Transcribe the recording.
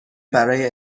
برای